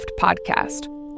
podcast